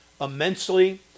immensely